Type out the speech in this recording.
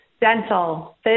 dental